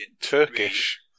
Turkish